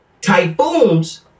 typhoons